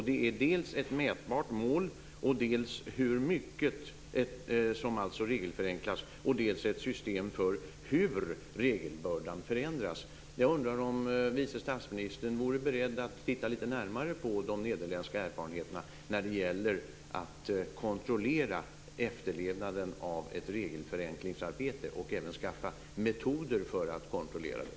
Det är dels ett mätbart mål, dvs. hur mycket som regelförenklas, dels ett system för hur regelbördan förändras. Jag undrar om vice statsministern är beredd att titta lite närmare på de nederländska erfarenheterna när det gäller att kontrollera efterlevnaden av ett regelförenklingsarbete och att även skaffa metoder för att kontrollera det.